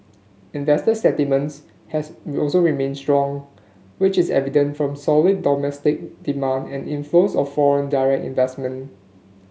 investor has also remained strong which is evident from solid domestic demand and inflows of foreign direct investment